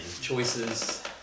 choices